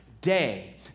day